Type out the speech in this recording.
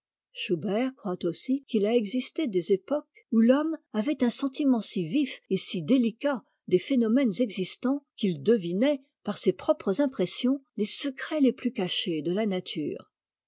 schubert croit aussi qu'il a existé des époques où l'homme avait un sentiment si vif et si délicat des phénomènes existants qu'il devinait par ses propres impressions les secrets les plus cachés de la nature